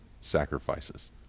sacrifices